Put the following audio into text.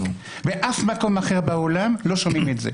באף מקום אחר בעולם לא שומעים את זה.